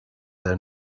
their